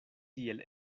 tiel